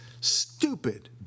stupid